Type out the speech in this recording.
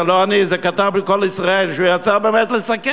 זה לא אני, זה כתב של "קול ישראל" שרצה לסקר.